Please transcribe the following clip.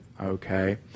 okay